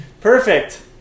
perfect